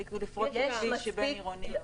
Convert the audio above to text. לפרוץ לכביש בין-עירוני.